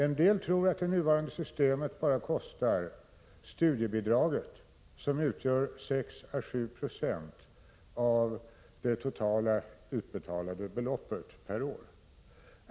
En del tror att det nuvarande systemet bara kostar studiebidraget, som utgör 6 å 7 96 av det totala utbetalade beloppet per år.